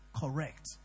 Correct